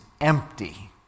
empty